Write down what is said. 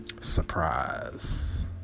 surprise